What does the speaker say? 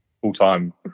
full-time